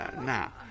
Now